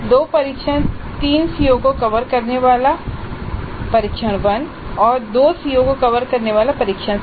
दो परीक्षण तीन सीओ को कवर करने वाला परीक्षण 1 दो सीओ को कवर करने वाला परीक्षण 2